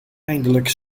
eindelijk